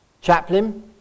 chaplain